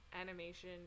animation